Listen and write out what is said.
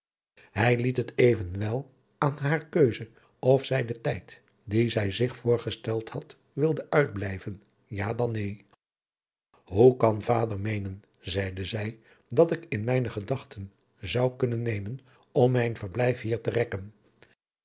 hij liet het evenwel aan hare keuze of zij den tijd dien zij zich voorgesteld had wilde uitblijven ja dan neen hoe kan vader meenen zeide zij dat ik in mijne gedachten zou kunnen nemen om mijn verblijf hier te rekken